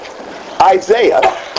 Isaiah